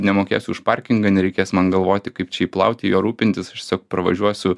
nemokėsiu už parkingą nereikės man galvoti kaip čia jį plauti juo rūpintis aš tiesiog pravažiuosiu